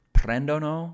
prendono